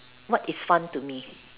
what is fun to me